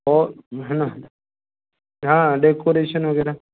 तो है ना हाँ डेकोरेशन वगैरह